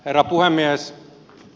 herra puhemies